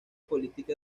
política